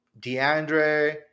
DeAndre